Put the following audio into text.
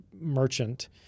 merchant